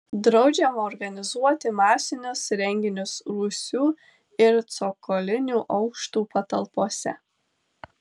draudžiama organizuoti masinius renginius rūsių ir cokolinių aukštų patalpose